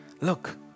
look